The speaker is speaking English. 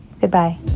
Goodbye